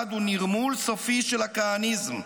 המצעד הוא נרמול סופי של הכהניזם.